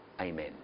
Amen